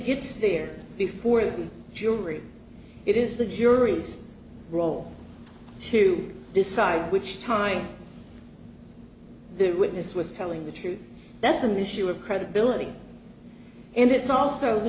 gets there before the jury it is the jury's role to decide which time the witness was telling the truth that's an issue of credibility and it's also the